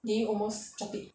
did you almost drop it